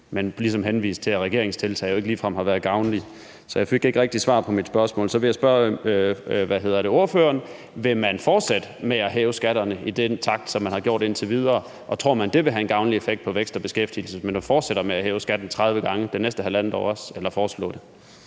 kan ligesom henvise til, at regeringens tiltag jo ikke ligefrem har været gavnlige. Så jeg fik ikke rigtig svar på mit spørgsmål. Så vil jeg spørge ordføreren: Vil man fortsætte med at hæve skatterne i den takt, som man har gjort det i indtil videre, og tror man, at det vil have en gavnlig effekt for vækst og beskæftigelse, hvis man fortsætter med at foreslå at hæve eller hæver skatterne 30 gange det næste halvandet år? Kl. 09:47 Formanden